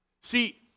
See